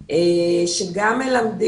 בהן גם מלמדים